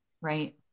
right